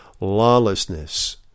lawlessness